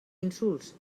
insults